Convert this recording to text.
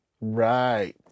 Right